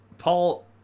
Paul